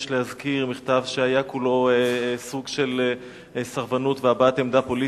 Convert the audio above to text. יש להזכיר שזה מכתב שהיה כולו סוג של סרבנות והבעת עמדה פוליטית,